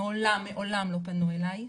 מעולם, מעולם לא פנו אלי.